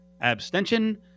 abstention